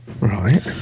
right